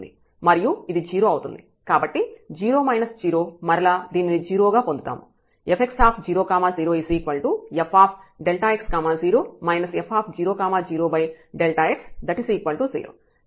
మరియు ఇది 0 అవుతుంది కాబట్టి 0 మైనస్ 0 మరలా దీనిని 0 గా పొందుతాము